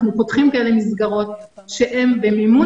אנחנו פותחים כאלה מסגרות שהן במימון